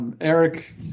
Eric